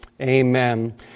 Amen